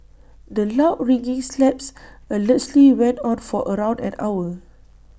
the loud ringing slaps allegedly went on for around an hour